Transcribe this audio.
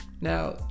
Now